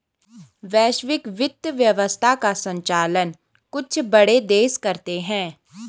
वैश्विक वित्त व्यवस्था का सञ्चालन कुछ बड़े देश करते हैं